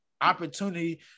opportunity